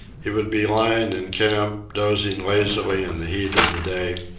he would be lying in camp, dozing lazily in the heat of the day,